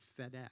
FedEx